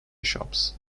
shops